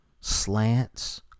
Slants